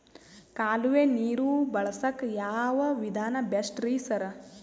ಕಾಲುವೆ ನೀರು ಬಳಸಕ್ಕ್ ಯಾವ್ ವಿಧಾನ ಬೆಸ್ಟ್ ರಿ ಸರ್?